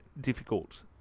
difficult